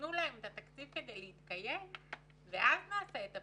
תנו להם תקציב כדי להתקיים ואחר כך נבצע את הפיקוח.